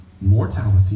mortality